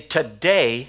Today